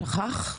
שכח?